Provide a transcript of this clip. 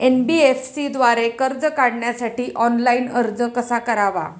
NBFC द्वारे कर्ज काढण्यासाठी ऑनलाइन अर्ज कसा करावा?